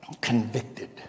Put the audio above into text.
Convicted